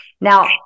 Now